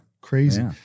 Crazy